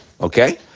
Okay